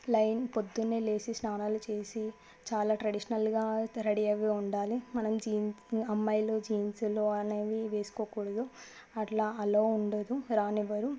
line పొద్దున్న లేచి స్నానాలు చేసి చాలా ట్రెడిషనల్గా అయితే రెడీ అయ్యి ఉండాలి మనం జీన్ అమ్మాయిలు జీన్స్లు అనేవి వేసుకోకూడదు అట్లా అలో ఉండదు రానివ్వరు